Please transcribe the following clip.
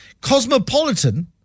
Cosmopolitan